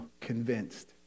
convinced